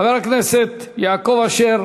חבר הכנסת יעקב אשר,